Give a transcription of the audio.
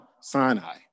sinai